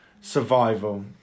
survival